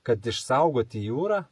kad išsaugoti jūrą